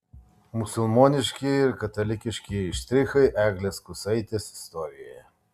musulmoniškieji ir katalikiškieji štrichai eglės kusaitės istorijoje